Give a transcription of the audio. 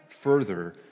further